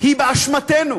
היא באשמתנו.